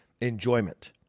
enjoyment